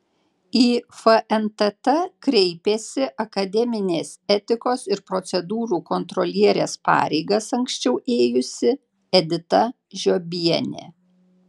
į fntt kreipėsi akademinės etikos ir procedūrų kontrolierės pareigas anksčiau ėjusi edita žiobienė